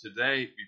today